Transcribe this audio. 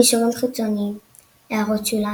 קישורים חיצוניים == הערות שוליים שוליים ==